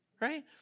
right